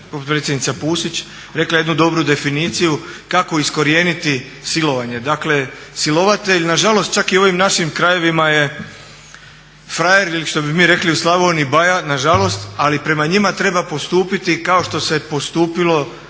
potpredsjednica Pusić rekla je jednu dobru definiciju kako iskorijeniti silovanje. Dakle silovatelj, nažalost čak i u ovim našim krajevima je frajer ili što bi mi rekli u Slavoniji baja nažalost, ali prema njima treba postupiti kao što se je postupili